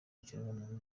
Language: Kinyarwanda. bw’ikiremwamuntu